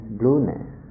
blueness